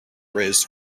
raised